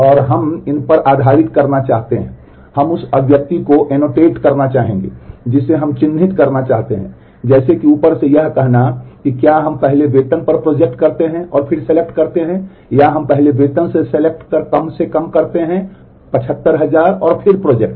और हम इन पर आधारित करना चाहते हैं हम उस अभिव्यक्ति को एनोटेट कम से कम करते हैं 75000 और फिर प्रोजेक्ट